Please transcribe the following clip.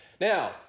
Now